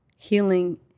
healing